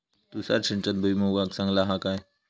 तुषार सिंचन भुईमुगाक चांगला हा काय?